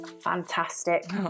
fantastic